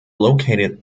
located